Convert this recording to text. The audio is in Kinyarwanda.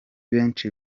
benshi